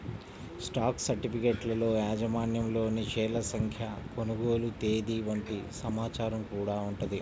stock సర్టిఫికెట్లలో యాజమాన్యంలోని షేర్ల సంఖ్య, కొనుగోలు తేదీ వంటి సమాచారం గూడా ఉంటది